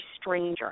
stranger